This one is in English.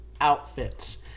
outfits